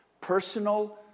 personal